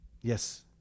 Yes